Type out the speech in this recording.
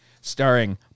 Starring